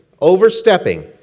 overstepping